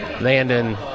landon